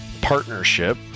partnership